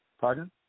pardon